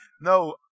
no